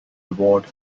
reward